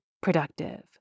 productive